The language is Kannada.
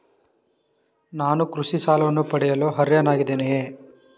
ನಾನು ಕೃಷಿ ಸಾಲವನ್ನು ಪಡೆಯಲು ಅರ್ಹನಾಗಿದ್ದೇನೆಯೇ?